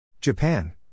Japan